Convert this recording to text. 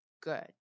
good